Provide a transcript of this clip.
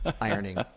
ironing